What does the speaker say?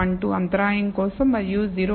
12 అంతరాయం కోసం మరియు 0